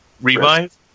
Revive